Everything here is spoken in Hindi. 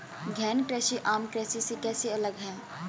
गहन कृषि आम कृषि से कैसे अलग है?